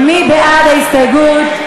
מי בעד ההסתייגות?